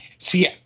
See